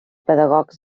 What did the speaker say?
pedagogs